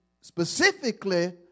specifically